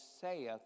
saith